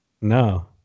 No